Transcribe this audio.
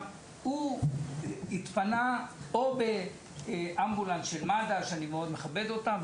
הוא התפנה או באמבולנס של מד"א שאני מאוד מכבד אותם,